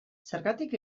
zergatik